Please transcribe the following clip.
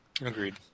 Agreed